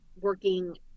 working